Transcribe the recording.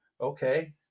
Okay